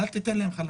אל תיתן להם חל"ת,